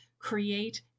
create